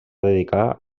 dedicar